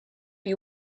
you